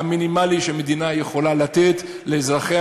המינימלי שהמדינה יכולה לתת לאזרחיה,